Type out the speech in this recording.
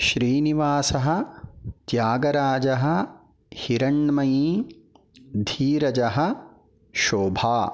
श्रीनिवासः त्यागराजः हिरण्मयी धीरजः शोभा